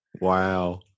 wow